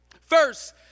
First